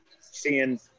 seeing